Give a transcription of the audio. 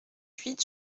huit